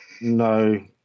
No